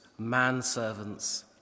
manservants